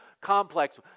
complex